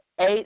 eight